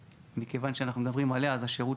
מכיוון שאנחנו מדברים עליה אז השירות